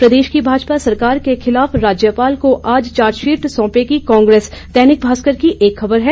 प्रदेश की भाजपा सरकार के खिलाफ राज्यपाल को आज चार्जशीट सौंपेगी कांग्रेस दैनिक भास्कर की एक खबर है